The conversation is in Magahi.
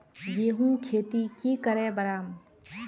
गेंहू खेती की करे बढ़ाम?